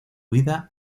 vida